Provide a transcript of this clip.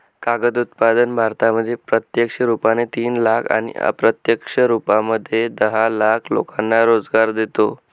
कागद उत्पादन भारतामध्ये प्रत्यक्ष रुपाने तीन लाख आणि अप्रत्यक्ष रूपामध्ये दहा लाख लोकांना रोजगार देतो